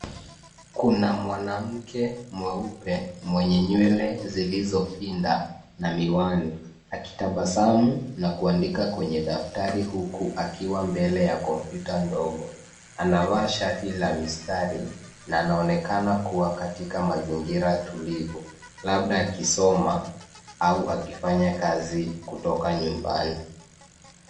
Kuna mwanamke mweupe, mwenye nywele zilizopinda, na miwani. Akitabasamu na kuandika kwenye daftari huku akiwa mbele ya kompyuta ndogo. Anavaa shati la mistari, na anaonekana kuwa katika mazingira tulivo, labda akisoma au akifanya kazi kutoka nyumbani.